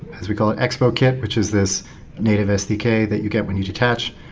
as we call it, expo kit, which is this native sdk that you get when you detach.